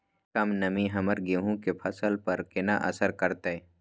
कम नमी हमर गेहूँ के फसल पर केना असर करतय?